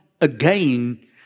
again